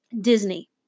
Disney